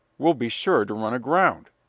we'll be sure to run aground.